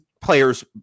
players